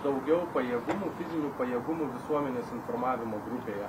daugiau pajėgumų fizinių pajėgų visuomenės informavimo grupėje